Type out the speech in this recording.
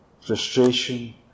frustration